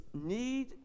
need